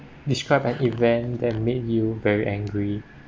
describe an event that made you very angry